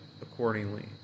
accordingly